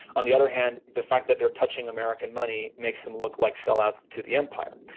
on the other hand, the fact that they are touching american money makes them look like sell-outs to the empire,